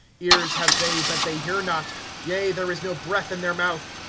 ears have they, but they hear not yea, there is no breath in their mouth.